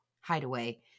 Hideaway